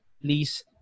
please